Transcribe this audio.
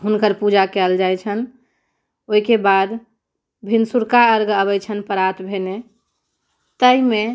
हुनकर पूजा कयल जाइत छनि ओहिके बाद भिनसुरका अर्घ अबैत छनि प्रात भेने तेहिमे